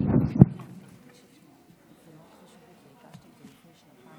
כבוד היושב-ראש, אין שר תורן במליאה.